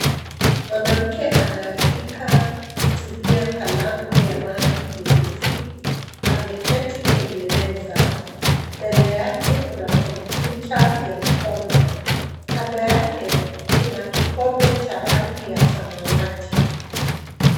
Mwanamke anaandika kutumia kalamu ya rangi nyeusi ameketi kwenye meza. Mbele yake kuna kompyuta ya mkono. Kando yake kuna kikombe cha rangi ya samawati.